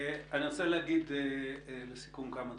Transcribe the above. אני רוצה להגיד לסיכום כמה דברים.